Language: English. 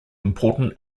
important